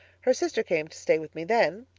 her sister came to stay with me then.